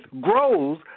grows